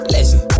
Listen